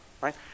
Right